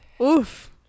Oof